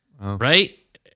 Right